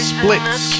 Splits